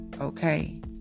okay